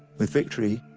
with victory,